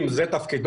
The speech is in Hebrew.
אם זה תפקידו.